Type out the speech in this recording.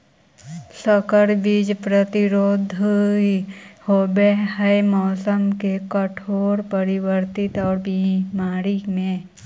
संकर बीज प्रतिरोधी होव हई मौसम के कठोर परिवर्तन और बीमारी में